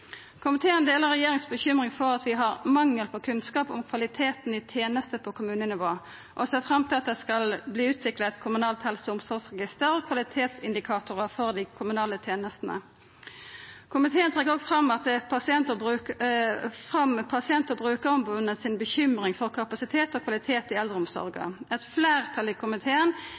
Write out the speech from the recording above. Komiteen deler bekymringa til regjeringa for at vi har mangel på kunnskap om kvaliteten i teneste på kommunenivå og ser fram til at det skal verta utvikla eit kommunalt helse- og omsorgsregister og kvalitetsindikatorar for dei kommunale tenestene. Komiteen trekkjer òg fram bekymringa til pasient- og brukaromboda for kapasitet og kvalitet i eldreomsorga. Eit fleirtal i komiteen